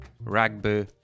Rugby